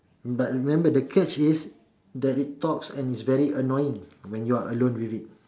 but remember the catch is that it talks and is very annoying when you are alone with it